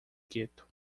gueto